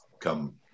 come